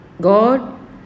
God